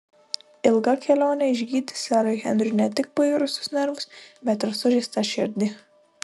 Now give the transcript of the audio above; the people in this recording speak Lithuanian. ilga kelionė išgydys serui henriui ne tik pairusius nervus bet ir sužeistą širdį